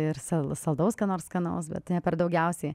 ir sal saldaus ką nors skanaus bet ne per daugiausiai